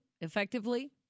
effectively